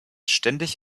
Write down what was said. ständig